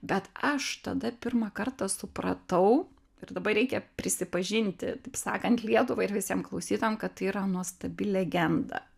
bet aš tada pirmą kartą supratau ir dabar reikia prisipažinti taip sakant lietuvai ir visiem klausytojam kad tai yra nuostabi legenda